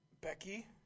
Becky